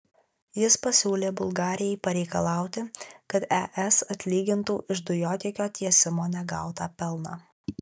jis pasiūlė bulgarijai pareikalauti kad es atlygintų iš dujotiekio tiesimo negautą pelną